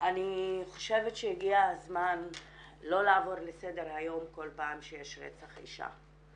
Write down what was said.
אני חושבת שהגיע הזמן לא לעבור לסדר היום כל פעם שיש רצח אישה.